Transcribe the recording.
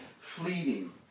fleeting